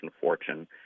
Fortune